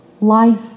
Life